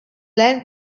land